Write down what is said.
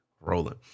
rolling